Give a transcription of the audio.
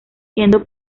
siendo